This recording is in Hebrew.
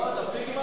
תפסיק עם,